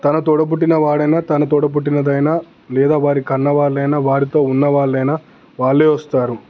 తన తోడబుట్టిన వాడైన తన తోడబుట్టినదైనా లేదా వారి కన్నవాళ్ళైనా వారితో ఉన్నవాళ్ళైనా వాళ్ళే వస్తారు